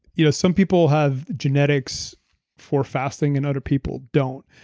you know some people have genetics for fasting and other people don't.